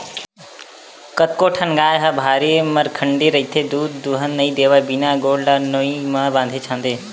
कतको ठन गाय ह भारी मरखंडी रहिथे दूद दूहन नइ देवय बिना गोड़ ल नोई म बांधे छांदे